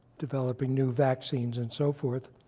developing new vaccines and so forth.